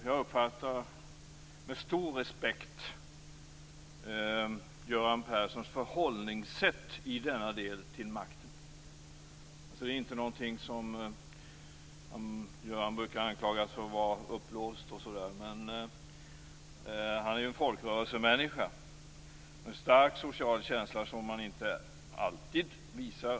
Jag uppfattar med stor respekt Göran Perssons förhållningssätt till makten i detta avseende. Göran brukar anklagas för att vara uppblåst, men han är en folkrörelsemänniska, med stark social känsla, som han inte alltid visar.